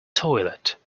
toilet